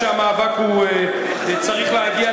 שהמאבק צריך להגיע,